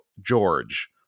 George